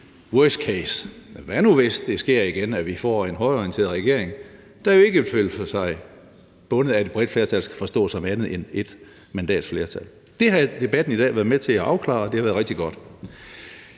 worst case-scenario: Hvad nu hvis det sker igen, at vi får en højreorienteret regering, der jo ikke vil føle sig bundet af et bredt flertal, der skal forstås som andet end et mandats flertal? Det har debatten i dag været med til at afklare, og det har været rigtig godt.